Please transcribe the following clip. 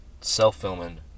self-filming